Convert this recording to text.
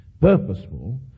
purposeful